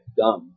gum